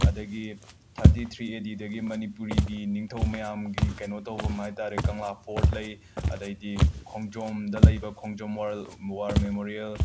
ꯑꯗꯒꯤ thirty three A D ꯗꯒꯤ ꯃꯅꯤꯄꯨꯔꯤꯒꯤ ꯅꯤꯡꯊꯧ ꯃꯌꯥꯝꯒꯤ ꯀꯩꯅꯣ ꯇꯧꯐꯝ ꯍꯥꯏ ꯇꯥꯔꯦ ꯀꯪꯂꯥ ꯐꯣꯔꯠ ꯂꯩ ꯑꯗꯩꯗꯤ ꯈꯣꯡꯖꯣꯝꯗ ꯂꯩꯕ ꯈꯣꯡꯖꯣꯝ ꯋꯔꯜ ꯋꯥꯔ ꯃꯦꯃꯣꯔ꯭ꯌꯦꯜ